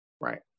right